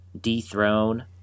dethrone